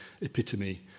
epitome